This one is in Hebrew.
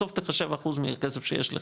בסוף תחשב אחוז מכסף שיש לך,